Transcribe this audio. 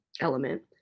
element